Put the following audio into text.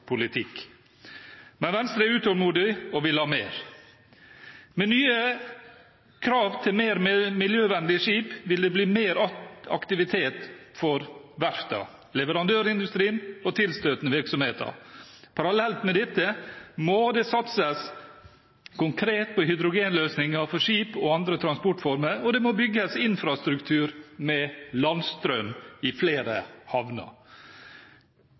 politikk. Men Venstre er utålmodig og vil ha mer. Med nye krav til mer miljøvennlige skip vil det bli mer aktivitet for verftene, leverandørindustrien og tilstøtende virksomheter. Parallelt med dette må det satses konkret på hydrogenløsninger for skip og andre transportformer, og det må bygges infrastruktur med landstrøm i flere havner.